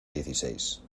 dieciséis